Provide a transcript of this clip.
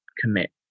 commit